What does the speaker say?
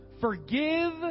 Forgive